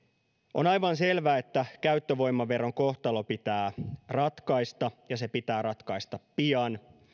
on aivan selvää että käyttövoimaveron kohtalo pitää ratkaista ja se pitää ratkaista pian